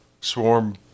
swarm